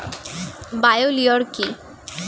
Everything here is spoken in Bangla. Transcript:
বায়ো লিওর কি?